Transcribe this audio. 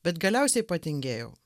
bet galiausiai patingėjau